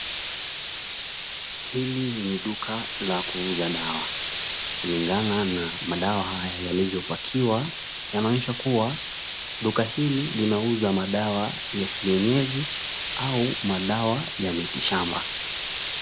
Hili ni duka la kuuza dawa. Kulingana na madawa haya yalivyopakiwa yanaonyesha kuwa, duka hili linauza madawa ya kienyeji au madawa ya miti shamba.